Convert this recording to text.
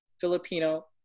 filipino